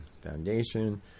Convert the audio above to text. Foundation